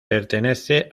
pertenece